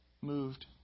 moved